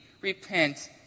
repent